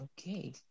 Okay